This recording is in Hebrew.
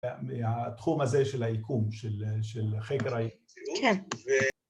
‫מהתחום הזה של היקום, ‫של חקר היקום.